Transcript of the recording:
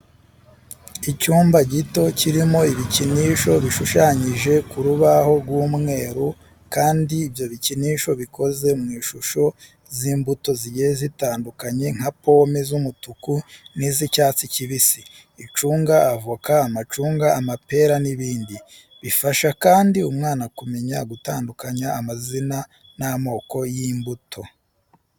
Icyumba gito kirimo ibikinisho bishushanyije ku rubaho rw'umweru kandi ibyo bikinisho bikoze mu ishusho z'imbuto zigiye zitandukanye nka pome z'umutuku n'iz'icyatsi kibisi, icunga, avoka, amacunga, amapera n'ibindi. Bifasha kandi umwana kumenya gutandukanya amazina n'amoko y'imbuto.